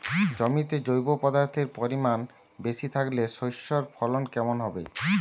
জমিতে জৈব পদার্থের পরিমাণ বেশি থাকলে শস্যর ফলন কেমন হবে?